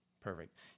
Perfect